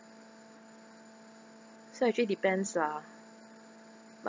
so actually depends lah but